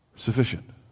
Sufficient